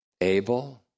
Abel